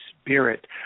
Spirit